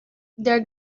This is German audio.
der